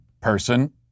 person